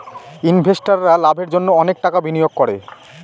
ইনভেস্টাররা লাভের জন্য অনেক টাকা বিনিয়োগ করে